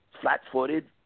flat-footed